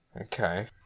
Okay